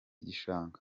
gishanga